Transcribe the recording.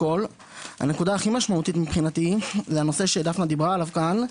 הנקודה הכי משמעותית מבחינתי זה הנושא שדפנה דיברה עליו כאן,